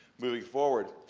moving forward.